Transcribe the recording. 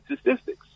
statistics